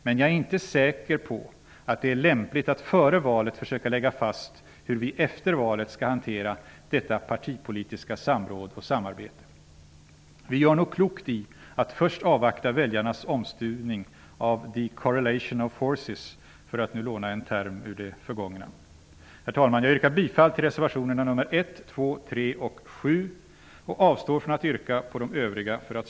Men jag är inte säker på att det är lämpligt att före valet försöka lägga fast hur vi efter valet skall hantera detta partipolitiska samråd och samarbete. Vi gör nog klokt i att först avvakta väljarnas omstuvning av ''the correlation of forces'', för att nu låna en term ur det förgångna. Herr talman! Jag yrkar bifall till reservationerna 1,